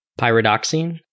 pyridoxine